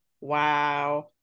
wow